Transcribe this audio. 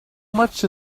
much